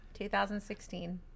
2016